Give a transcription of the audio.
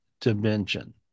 dimension